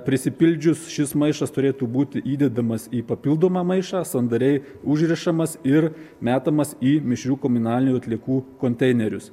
prisipildžius šis maišas turėtų būti įdedamas į papildomą maišą sandariai užrišamas ir metamas į mišrių komunalinių atliekų konteinerius